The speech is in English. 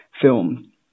film